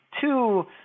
Two